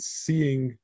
seeing